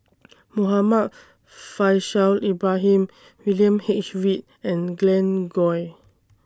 Muhammad Faishal Ibrahim William H Read and Glen Goei